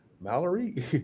Mallory